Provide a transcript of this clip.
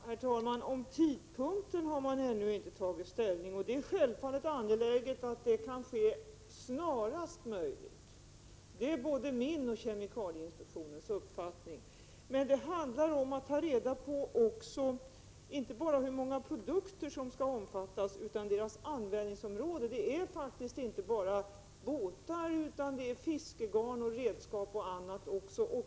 Herr talman! Man har ännu inte tagit ställning till tidpunkten. Självfallet är det angeläget att lagen kan införas snarast möjligt. Det är både min och kemikalieinspektionens uppfattning. Men det handlar om att ta reda på inte bara hur många produkter som skall omfattas utan också deras användningsområden. Det gäller inte bara båtar utan fiskegarn och redskap och annat också.